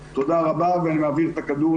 נכון, אבל אני לא חושבת שזה broken.